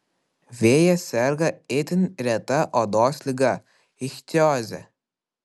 vėjas serga itin reta odos liga ichtioze